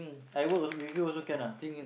I work also with you also can ah